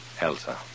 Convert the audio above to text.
Elsa